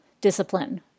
discipline